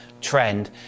trend